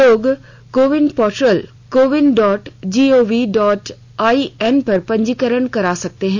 लोग CoWIN portal CoWIN dot G O V dot I N पर पंजीकरण करा सकते हैं